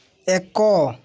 ଏକ